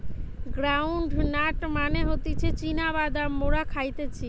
ground nut মানে হতিছে চীনা বাদাম মোরা খাইতেছি